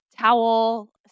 towel